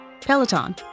Peloton